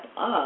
up